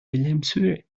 wilhelmshöhe